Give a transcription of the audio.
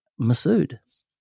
Masood